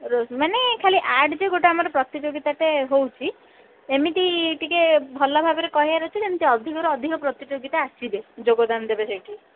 ମାନେ ଖାଲି ଆଡ୍ରେ ଗୋଟେ ଆମର ପ୍ରତିଯୋଗିତାଟେ ହେଉଛି ଏମିତି ଟିକେ ଭଲଭାବରେ କହିବାର ଅଛି ଯେମିତି ଅଧିକରୁ ଅଧିକ ପ୍ରତିଯୋଗିତା ଆସିବେ ଯୋଗଦାନ ଦେବେ ସେଇଠି